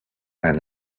and